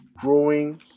growing